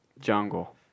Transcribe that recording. Jungle